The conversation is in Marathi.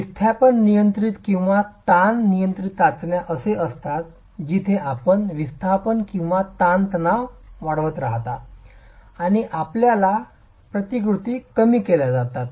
विस्थापन नियंत्रित किंवा ताण नियंत्रित चाचण्या असे असतात जिथे आपण विस्थापन किंवा ताणतणाव वाढवत राहता आणि आपल्याला प्रतिकृती कमी केल्या जातात